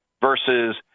versus